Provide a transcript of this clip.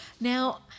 Now